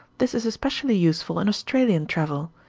this is especially useful in australian travel,